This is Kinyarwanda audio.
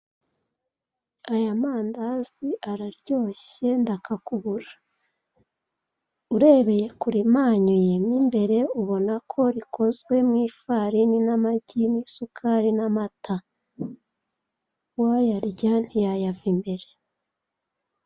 Ayamandazi araryoshye ndakakubura, urebeye kurimanyuye mwimbere ubonako rikozwe mwifarini namagi nisukari n'amata, uwayarya ntiyayava imbere.